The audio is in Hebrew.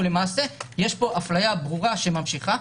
ולמעשה יש פה הפליה ברורה שממשיכה.